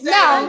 Now